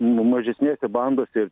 nu mažesnėse bandose ir